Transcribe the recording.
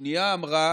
שנייה אמרה